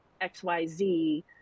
XYZ